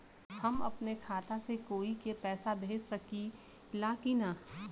हम अपने खाता से कोई के पैसा भेज सकी ला की ना?